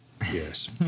Yes